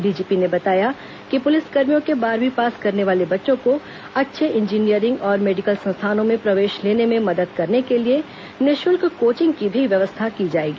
DGP ने बताया कि पुलिसकर्मियों के बारहवीं पास करने वाले बच्चों को अच्छे इंजीनियरिंग और मेडिकल संस्थानों में प्रवेश लेने में मदद करने के लिए निःशुल्क कोचिंग की भी व्यवस्था की जाएगी